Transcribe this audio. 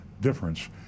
difference